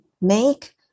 make